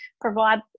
provide